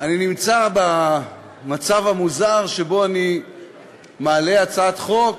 אני נמצא במצב המוזר שבו אני מעלה הצעת חוק